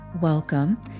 welcome